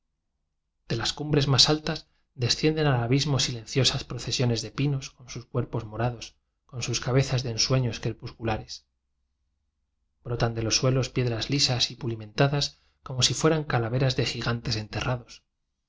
de las cumbres más altas descienden al abismo silenciosas procesiones de pinos con sus cuerpos morados con sus cabezas de ensueños crepusculares brotan de los suelos piedras lisas y puli mentadas como si fueran calaveras de gi gantes enterrados